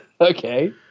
Okay